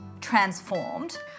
transformed